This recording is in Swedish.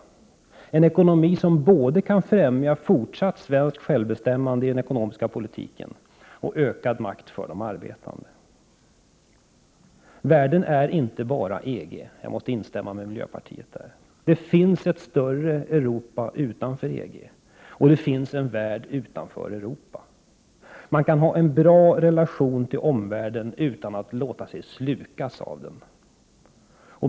Det handlar om en ekonomi som kan främja både fortsatt svenskt självbestämmande i den ekonomiska politiken och ökad makt för de arbetande. Världen är inte bara EG. Jag måste instämma med miljöpartiet i det avseendet. Det finns ett större Europa utanför EG, och det finns en värld utanför Europa. Man kan ha en bra relation till omvärlden utan att låta sig slukas av den.